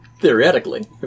theoretically